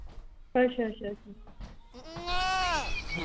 अच्छा अच्छा अच्छा